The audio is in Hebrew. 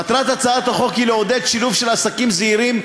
מטרת הצעת החוק היא לעודד שילוב של עסקים זעירים,